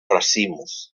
racimos